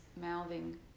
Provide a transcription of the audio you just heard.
mouthing